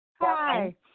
Hi